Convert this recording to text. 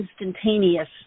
instantaneous